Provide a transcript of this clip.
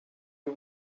you